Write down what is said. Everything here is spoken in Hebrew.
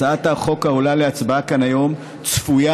הצעת החוק העולה להצבעה כאן היום צפויה,